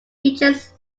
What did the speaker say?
features